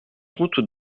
route